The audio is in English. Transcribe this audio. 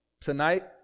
Tonight